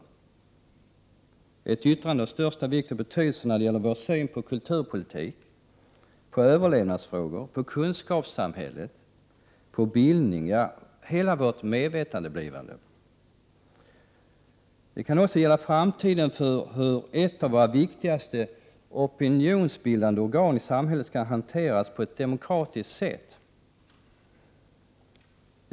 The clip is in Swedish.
Det är ett yttrande av största vikt och betydelse när det gäller vår syn på kulturpolitik, på överlevnadsfrågor, på kunskapssamhället, på bildning — ja, på hela vårt medvetandeblivande. Det gäller framtiden för ett av våra viktigaste opinionsbildande organ i samhället och hur det skall hanteras på ett demokratiskt sätt.